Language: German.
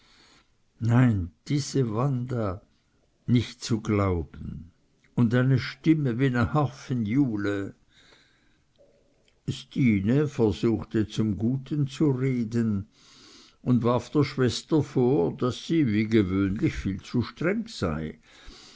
nein diese wanda nich zu glauben und eine stimme wie ne harfenjule stine versuchte zum guten zu reden und warf der schwester vor daß sie wie gewöhnlich viel zu streng sei